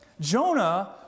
Jonah